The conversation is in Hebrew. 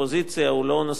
הוא לא נושא פוליטי.